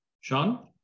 sean